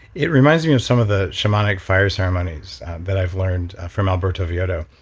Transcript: it reminds me of some of the shamanic fire ceremonies that i've learned from albert oviedo.